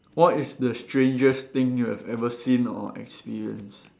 what is the strangest thing you have ever seen or experienced